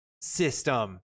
system